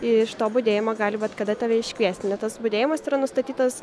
iš to budėjimo gali bet kada tave iškviesti ne tas budėjimas yra nustatytas